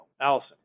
Allison